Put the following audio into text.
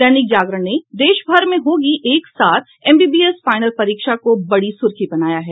दैनिक जागरण ने देशभर में होगी एक साथ एमबीबीएस फाइनल परीक्षा को बड़ी सुर्खी बनाया है